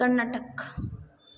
Karnataka